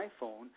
iPhone